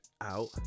out